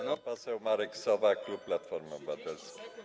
Pan poseł Marek Sowa, klub Platformy Obywatelskiej.